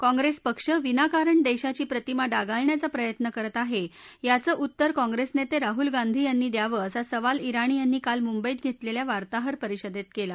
काँप्रेस पक्ष विनाकारण देशाची प्रतिमा डागाळण्याचा प्रयत्न करत आहे याचं उत्तर काँप्रेस नेते राहुल गांधी यांनी द्यावं असा सवाल ज्ञाणी यांनी काल मुंबईत घेतलेल्या वार्ताहर परिषदेत केला